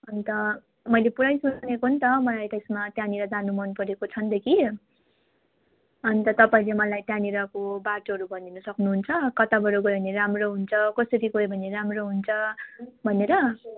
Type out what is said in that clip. अन्त मैले पुरै सुनेको नि त मलाई त्यसमा त्यहाँनिर जानु मन परेको छ नि त कि अन्त तपाईँले मलाई त्यहाँनिरको बाटोहरू भनिदिनु सक्नुहुन्छ कताबाट गयो भने राम्रो हुन्छ कसरी गयो भने राम्रो हुन्छ भनेर